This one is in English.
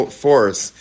force